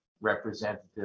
representative